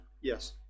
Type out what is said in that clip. yes